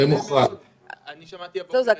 לפי דעתי הורים גרושים שיש להם ילדים זה מוחרג.